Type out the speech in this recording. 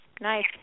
Nice